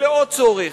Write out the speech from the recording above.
ולעוד צורך,